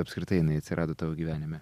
apskritai jinai atsirado tavo gyvenime